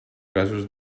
gasos